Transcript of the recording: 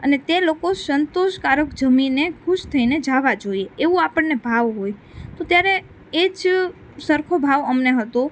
અને તે લોકો સંતોષકારક જમીને ખુશ થઈને જવાં જોઈએ એવું આપણને ભાવ હોય તો ત્યારે એ જ સરખો ભાવ અમને હતો